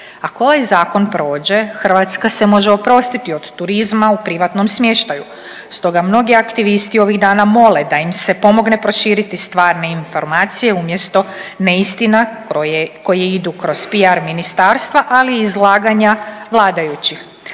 Ako ovaj zakon prođe Hrvatska se može oprostiti od turizma u privatnom smještaju, stoga mnogi aktivisti ovih dana mole da im se pomogne proširiti stvarne informacije umjesto neistina koje idu kroz PR ministarstva, ali i izlaganja vladajućih.